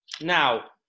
Now